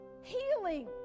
Healing